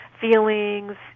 feelings